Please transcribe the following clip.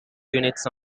units